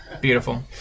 Beautiful